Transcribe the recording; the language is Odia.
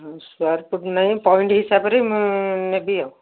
ହଁ ସ୍କୋୟାର ଫୁଟ୍ ନାହିଁ ପଏଣ୍ଟ ହିସାବରେ ମୁଁ ନେବି ଆଉ